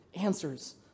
answers